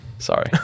sorry